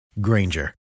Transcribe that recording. Granger